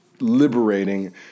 liberating